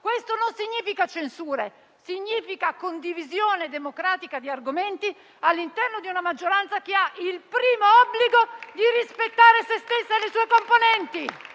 Questo non significa censure, significa condivisione democratica di argomenti all'interno di una maggioranza che ha il primo obbligo di rispettare se stessa e le sue